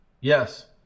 Yes